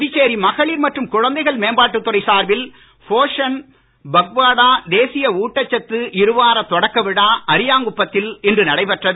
புதுச்சேரி மகளிர் மற்றும் குழந்தைகள் மேம்பாட்டுத் துறை சார்பில் போஷன் பக்வாடா தேசிய ஊட்டச்சத்து இருவாரத் தொடக்க விழா அரியாங்குப்ப த்தில் இன்று நடைபெற்றது